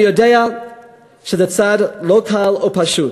אני יודע שזה צעד לא קל או פשוט,